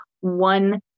one